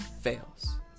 fails